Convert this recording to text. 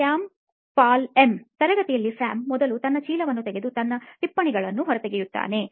ಶ್ಯಾಮ್ ಪಾಲ್ ಎಂ ತರಗತಿಯಲ್ಲಿ ಸ್ಯಾಮ್ ಮೊದಲು ತನ್ನ ಚೀಲವನ್ನು ತೆಗೆದುತನ್ನ ಟಿಪ್ಪಣಿಗಳನ್ನು ಹೊರತೆಗೆಯುತ್ತಾನೆ